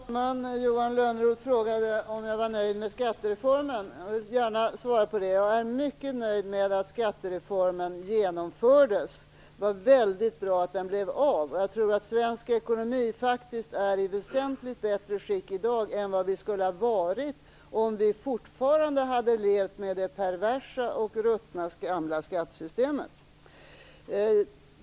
Herr talman! Johan Lönnroth frågade om jag var nöjd med skattereformen. Jag vill gärna svara på den frågan. Jag är mycket nöjd med att skattereformen genomfördes. Det var väldigt bra att den blev av. Jag tror att svensk ekonomi faktiskt är i väsentligt bättre skick i dag än vad den skulle ha varit om vi fortfarande hade levt med det perversa och ruttna gamla skattesystemet.